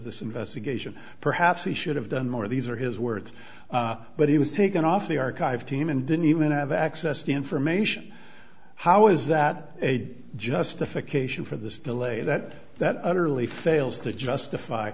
this investigation perhaps he should have done more these are his words but he was taken off the archive team and didn't even have access to information how is that a justification for this delay that that utterly fails to justify